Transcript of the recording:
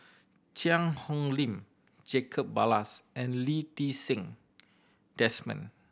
Cheang Hong Lim Jacob Ballas and Lee Ti Seng Desmond